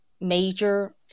major